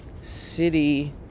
city